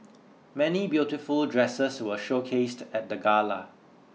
many beautiful dresses were showcased at the gala